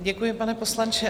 Děkuji, pane poslanče.